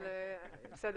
בסדר.